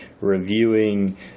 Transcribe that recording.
reviewing